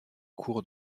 cours